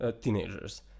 teenagers